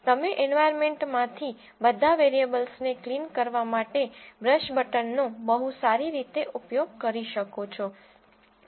તમે એન્વાયરમેન્ટમાંથી બધા વેરીએબલ્સ ને ક્લીન કરવા માટે બ્રશ બટનનો બહુ સારી રીતે ઉપયોગ કરી શકો છો